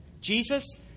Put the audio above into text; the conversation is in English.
Jesus